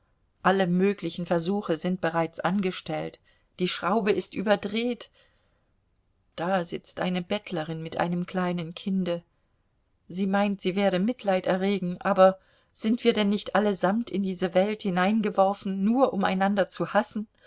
alle möglichen versuche sind bereits angestellt die schraube ist überdreht da sitzt eine bettlerin mit einem kleinen kinde sie meint sie werde mitleid erregen aber sind wir denn nicht allesamt in diese welt hineingeworfen nur um einander zu hassen